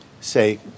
say